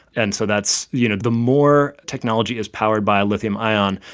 and so that's you know, the more technology is powered by lithium ion,